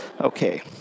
Okay